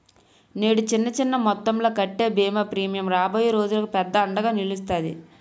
నేడు చిన్న చిన్న మొత్తంలో కట్టే బీమా ప్రీమియం రాబోయే రోజులకు పెద్ద అండగా నిలుస్తాది